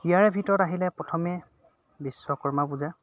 ইয়াৰে ভিতৰত আহিলে প্ৰথমে বিশ্বকৰ্মা পূজা